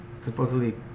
supposedly